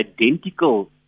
identical